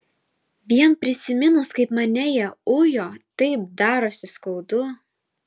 vien prisiminus kaip mane jie ujo taip darosi skaudu